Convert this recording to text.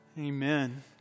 Amen